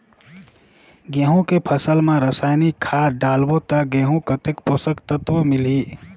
गंहू के फसल मा रसायनिक खाद डालबो ता गंहू कतेक पोषक तत्व मिलही?